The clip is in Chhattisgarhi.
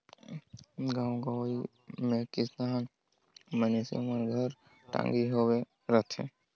गाँव गंवई मे किसान मइनसे मन घर टागी होबे करथे